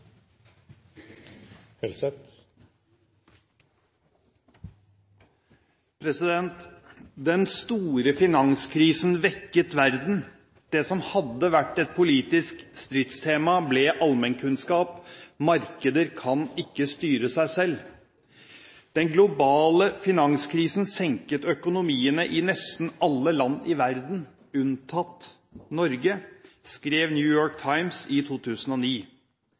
det. Den store finanskrisen vekket verden. Det som hadde vært et politisk stridstema, ble allmennkunnskap: Markeder kan ikke styre seg selv. «Den globale finanskrisen senket økonomiene i nesten alle land i verden, unntatt Norge», skrev New York Times i 2009.